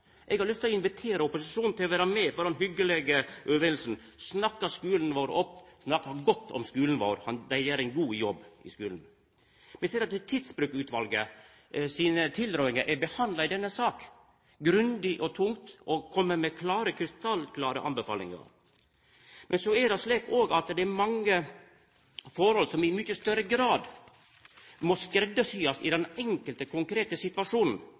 Eg har lyst til å invitera opposisjonen til å vera med på den hyggelege øvinga det er å snakka skulen vår opp – snakka godt om skulen vår. Dei gjer ein god jobb i skulen. Vi ser at Tidsbrukutvalet sine tilrådingar er behandla i denne salen, grundig og tungt. Det har kome med krystallklare anbefalingar. Men så er det slik at det er mange forhold som i mykje større grad må vera skreddarsydde den enkelte konkrete situasjonen